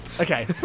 okay